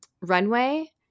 runway